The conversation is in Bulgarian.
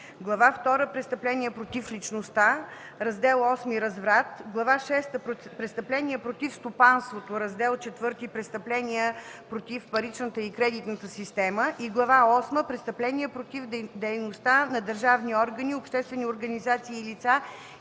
втора – „Престъпления против личността”, Раздел VIII – „Разврат”; Глава шеста – „Престъпления против стопанството”, Раздел IV – „Престъпления против паричната и кредитната система”, и Глава осма – „Престъпления против дейността на държавни органи, обществени организации и лица,